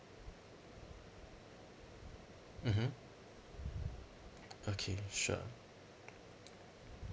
mmhmm okay sure